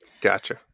Gotcha